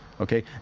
okay